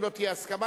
אם לא תהיה הסכמה,